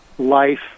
life